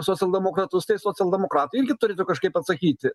socialdemokratus tai socialdemokratai irgi turėtų kažkaip atsakyti